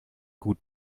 gut